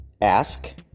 ask